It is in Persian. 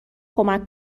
کمک